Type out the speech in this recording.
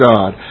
God